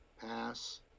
pass